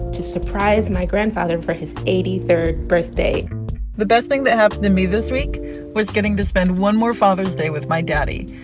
to surprise my grandfather for his eighty third birthday the best thing that happened to me this week was getting to spend one more father's day with my daddy,